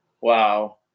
Wow